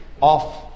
off